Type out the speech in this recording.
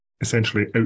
essentially